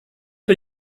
bin